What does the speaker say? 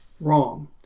wrong